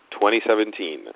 2017